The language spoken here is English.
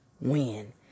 win